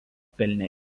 pelnė